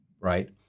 right